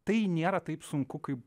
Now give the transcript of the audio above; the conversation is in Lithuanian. tai nėra taip sunku kaip